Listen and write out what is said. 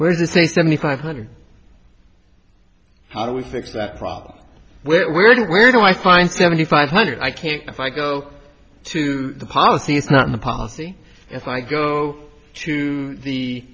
where is this a seventy five hundred how do we fix that problem where where where do i find seventy five hundred i can't if i go to the policy it's not the policy if i go to the